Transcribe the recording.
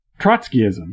Trotskyism